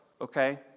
okay